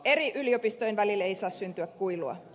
eri yliopistojen välille ei saa syntyä kuilua